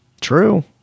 true